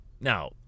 Now